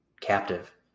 captive